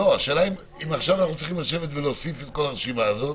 השאלה אם עכשיו אנחנו צריכים לשבת ולהוסיף את כל הרשימה הזאת.